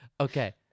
okay